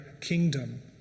kingdom